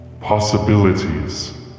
possibilities